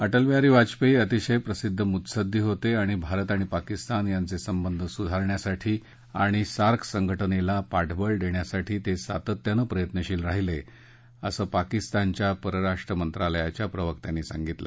अटलबिहारी वाजपेयी अतिशय प्रसिद्ध मुत्सद्दी होते आणि भारत आणि पाकिस्तान यांचे संबंध सुधारण्यासाठी आणि सार्क संघटनेला पाठबळ देण्यासाठी ते सातत्यानं प्रयत्नशील राहिले असं पाकिस्तानच्या परराष्ट्र मंत्रालयाच्या प्रवक्त्यांनी सांगितलं